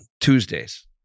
Tuesdays